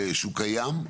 שהוא קיים.